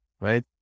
right